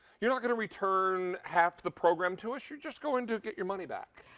you're not going to return half the program to us. you're just going to get your money back.